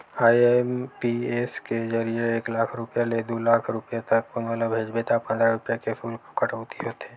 IMPS के जरिए एक लाख रूपिया ले दू लाख रूपिया तक कोनो ल भेजबे त पंद्रह रूपिया के सुल्क कटउती होथे